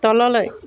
তললৈ